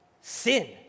Sin